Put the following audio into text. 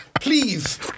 please